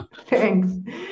Thanks